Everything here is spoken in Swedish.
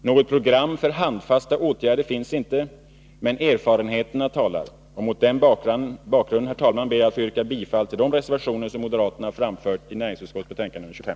Något program för handfasta åtgärder finns inte. Men erfarenheterna talar. Mot den bakgrunden ber jag, herr talman, att få yrka bifall till de reservationer som moderaterna har framfört i näringsutskottets betänkande nr 25.